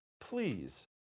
Please